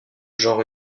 genre